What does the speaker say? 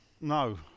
No